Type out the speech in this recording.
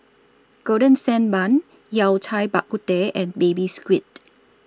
Golden Sand Bun Yao Cai Bak Kut Teh and Baby Squid